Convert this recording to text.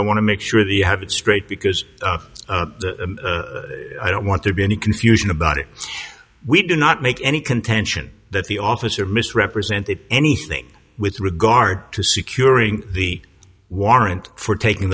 to make sure that you have it straight because i don't want to be any confusion about it we do not make any contention that the officer misrepresented anything with regard to securing the warrant for taking